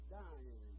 dying